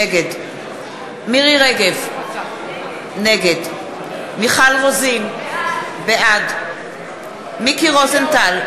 נגד מירי רגב, נגד מיכל רוזין, בעד מיקי רוזנטל,